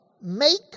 make